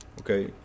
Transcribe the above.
okay